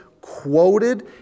quoted